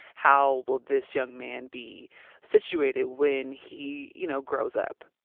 how will this young man be situated when he, you know, grows up?